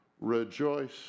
rejoice